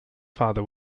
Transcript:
father